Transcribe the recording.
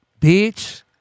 Bitch